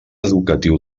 educatiu